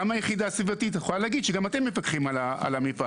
גם היחידה הסביבתית יכולה להגיד שגם אתם מפקחים על המפעל.